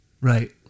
Right